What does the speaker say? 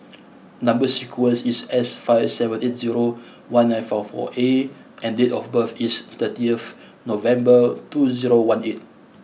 number sequence is S five seven eight zero one nine four four A and date of birth is thirty F November two zero one eight